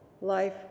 Life